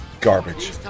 garbage